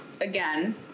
Again